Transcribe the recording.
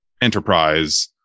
enterprise